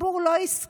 הציבור לא הסכים.